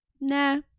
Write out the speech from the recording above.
nah